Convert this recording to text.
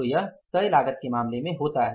तो यह तय लागत के मामले में होता है